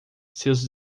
seus